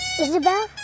Isabel